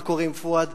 מה קורה עם פואד.